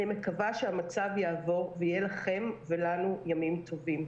אני מקווה שהמצב יעבור ויהיה לכם ולנו ימים טובים.